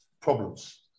problems